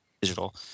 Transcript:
digital